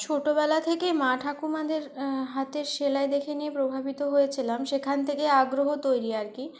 ছোটবেলা থেকে মা ঠাকুমাদের হাতের সেলাই দেখে নিয়ে প্রভাবিত হয়েছিলাম সেখান থেকেই আগ্রহ তৈরি আর কী